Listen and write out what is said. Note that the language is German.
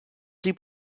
sie